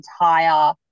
entire